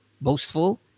boastful